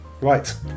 Right